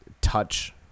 touch